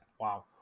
Wow